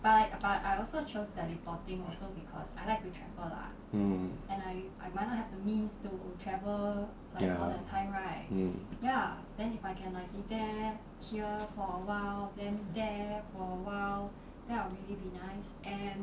mm ya mm